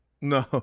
No